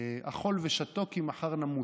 אכול וְשָׁתֹה כי מחר נמות.